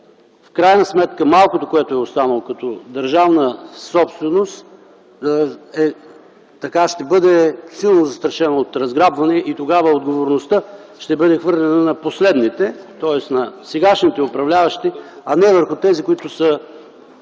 в крайна сметка малкото, което е останало като държавна собственост, ще бъде силно застрашено от разграбване и тогава отговорността ще бъде хвърлена на последните, тоест на сегашните управляващи, а не върху тези, които са